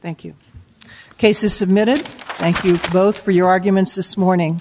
thank you cases submitted thank you both for your arguments this morning